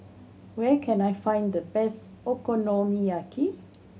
where can I find the best Okonomiyaki